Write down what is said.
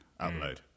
upload